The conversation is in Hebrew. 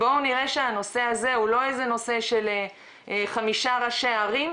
בואו נראה שהנושא הזה הוא לא איזה נושא של חמישה ראשי ערים,